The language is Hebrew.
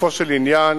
לגופו של עניין,